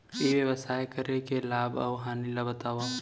ई व्यवसाय करे के लाभ अऊ हानि ला बतावव?